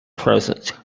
present